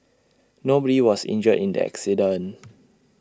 nobody was injured in the accident